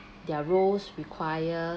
their roles require